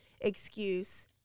excuse